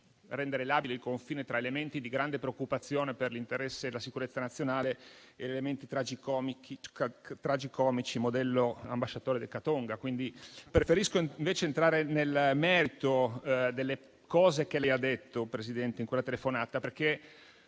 rendere labile il confine tra elementi di grande preoccupazione per l'interesse e la sicurezza nazionale ed elementi tragicomici, modello ambasciatore del Catonga. Preferisco invece entrare nel merito delle cose che lei ha detto in quella telefonata, perché,